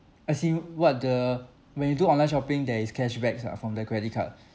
as in what the when you do online shopping there is cash backs ah from the credit card